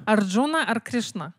ardžuna ar krišna